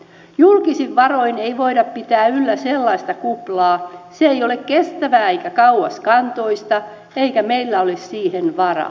julkisin varoin ei voida pitää yllä sellaista kuplaa se ei ole kestävää eikä kauaskantoista eikä meillä ole siihen varaa